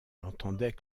l’entendait